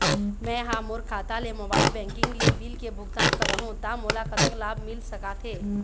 मैं हा मोर खाता ले मोबाइल बैंकिंग ले बिल के भुगतान करहूं ता मोला कतक लाभ मिल सका थे?